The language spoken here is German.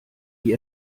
wie